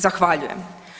Zahvaljujem.